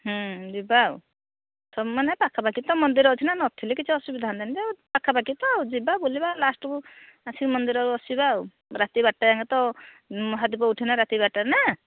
ଯିବା ଆଉ ତମର ଏ ପାଖିପାଖୀ ତ ମନ୍ଦିର ଅଛି ନା ନଥିଲେ କିଛି ଅସୁବିଧା ହନ୍ତାନି ଯେ ପାଖପାଖି ତ ଯିବା ବୁଲିବା ଲାଷ୍ଟ କୁ ଆସି ମନ୍ଦିର ରେ ବସିବା ରାତି ବାରଟା ଯାଙ୍କେ ତ ମହାଦୀପ ଉଠେ ନା ରାତି ବାର ଟାରେ ନା